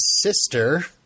Sister